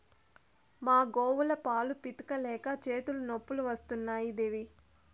మా గోవుల పాలు పితిక లేక చేతులు నొప్పులు వస్తున్నాయి దేవీ